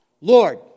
Lord